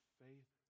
faith